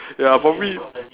ya probably